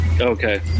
Okay